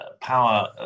power